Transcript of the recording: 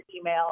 email